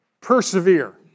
persevere